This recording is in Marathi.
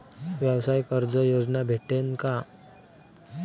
व्यवसाय कर्ज योजना भेटेन का?